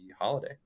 holiday